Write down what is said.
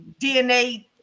DNA